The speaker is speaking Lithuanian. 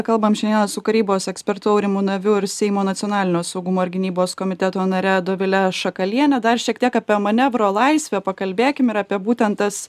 kalbam šiandieną su karybos ekspertų aurimu naviu ir seimo nacionalinio saugumo ir gynybos komiteto nare dovile šakaliene dar šiek tiek apie manevro laisvę pakalbėkim ir apie būtent tas